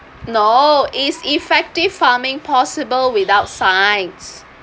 no is effective farming possible without science